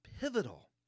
pivotal